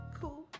cool